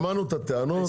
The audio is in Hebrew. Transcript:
שמענו את הטענות,